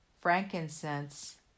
frankincense